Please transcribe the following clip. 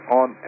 on